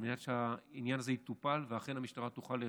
על מנת שהעניין הזה יטופל ושאכן המשטרה תוכל לאכוף.